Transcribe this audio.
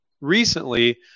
recently